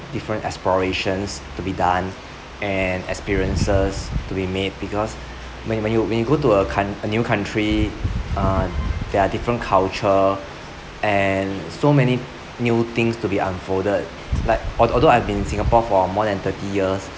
different aspirations to be done and experiences to be made because when you when you when you go to a coun~ a new country uh there are different culture and so many new things to be unfolded like although although I've been in singapore for more than thirty years